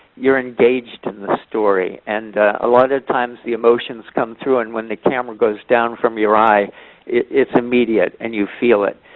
you're engaged in the story. and a lot of times, the emotions come through and when the camera goes down from your eye it's immediate, and you feel it.